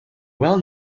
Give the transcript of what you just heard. well